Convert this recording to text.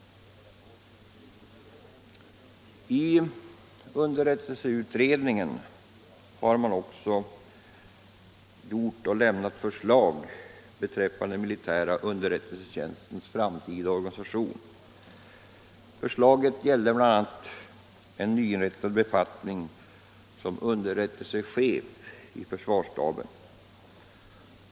Underrättelseutredningen har också lämnat förslag beträffande den militära underrättelsetjänstens framtida organisation. Förslaget gäller bl.a. en nyinrättad befattning som underrättelsechef i försvarsstaben.